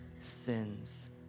sins